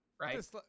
right